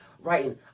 writing